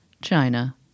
China